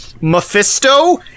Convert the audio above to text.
mephisto